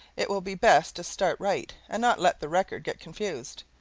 it will be best to start right and not let the record get confused,